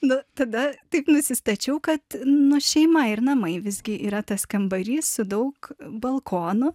na tada taip nusistačiau kad nu šeima ir namai visgi yra tas kambarys su daug balkonų